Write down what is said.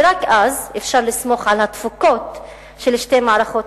ורק אז אפשר לסמוך על התפוקות של שתי מערכות